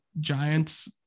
Giants